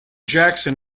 jackson